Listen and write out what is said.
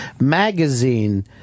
magazine